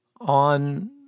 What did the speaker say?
on